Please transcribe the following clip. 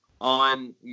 on